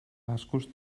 bascos